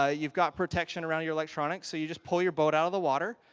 ah you've got protection around your electronics, so you just pull your boat out of the water.